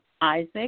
Isaac